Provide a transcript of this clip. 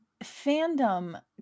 fandom